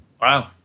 wow